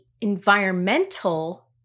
environmental